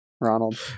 Ronald